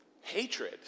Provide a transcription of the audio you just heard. hatred